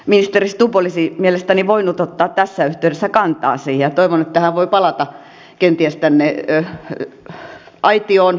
ministeri stubb olisi mielestäni voinut ottaa tässä yhteydessä kantaa siihen ja toivon että hän voi palata kenties tänne aitioon